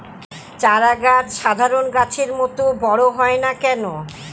চারা গাছ সাধারণ গাছের মত বড় হয় না কেনো?